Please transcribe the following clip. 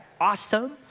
awesome